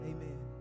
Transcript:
Amen